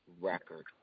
record